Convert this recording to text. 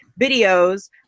videos